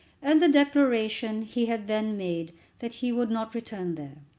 and the declaration he had then made that he would not return there.